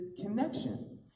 connection